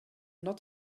not